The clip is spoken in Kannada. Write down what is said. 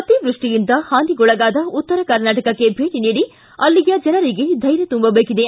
ಅತಿವೃಷ್ಷಿಯಿಂದ ಹಾನಿಗೊಳಗಾದ ಉತ್ತರ ಕರ್ನಾಟಕಕ್ಕೆ ಭೇಟಿ ನೀಡಿ ಅಲ್ಲಿಯ ಜನರಿಗೆ ಧ್ವೆರ್ಯ ತುಂಬಬೇಕಿದೆ